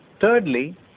thirdly